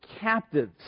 captives